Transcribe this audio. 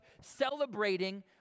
celebrating